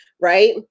right